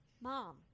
mom